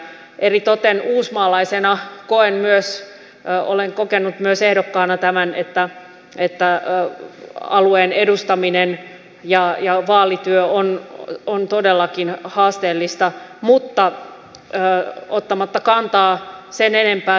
eritoten uusmaalaisena olen kokenut myös ehdokkaana tämän että alueen edustaminen ja vaalityö on todellakin haasteellista mutta ottamatta kantaa sen enempää siihen mielestäni tätä asiaa olisi hyvä edistää tällä tavoin